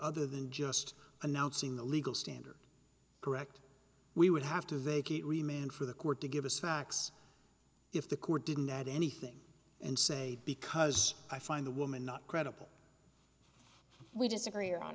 other than just announcing the legal standard correct we would have to vacate remained for the court to give us facts if the court didn't add anything and say because i find the woman not credible we disagree